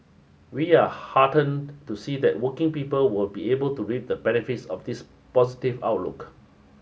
we are heartened to see that working people will be able to reap the benefits of this positive outlook